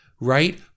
right